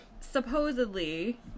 supposedly